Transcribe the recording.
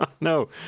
No